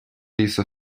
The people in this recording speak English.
these